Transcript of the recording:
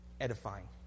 edifying